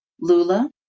Lula